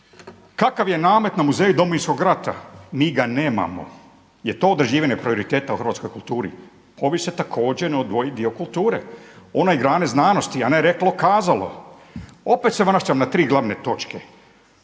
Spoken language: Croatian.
Kakav je namet na muzeju Domovinskog rata? Mi ga nemamo. Jel' to određivanje prioriteta u hrvatskoj kulturi? Ovi su također neodvojiv dio kulture. One grane znanosti, a ne reklo kazalo. Opet se vraćam na tri glavne točke.